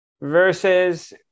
versus